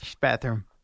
Bathroom